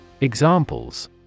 Examples